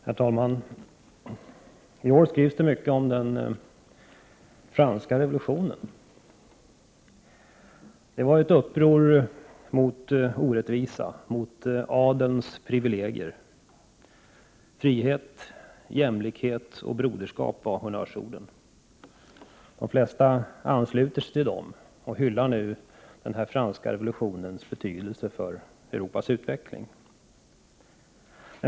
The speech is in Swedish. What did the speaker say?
Herr talman! I år skrivs det mycket om den franska revolutionen. Den var ett uppror mot orättvisan, mot adelns privilegier. Frihet, jämlikhet och broderskap var honnörsorden. De flesta ansluter sig till dessa och hyllar franska revolutionens betydelse för Europas utveckling.